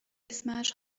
اسمش